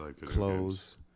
clothes